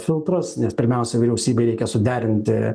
filtras nes pirmiausia vyriausybei reikia suderinti